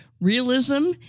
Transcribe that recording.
realism